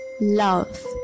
Love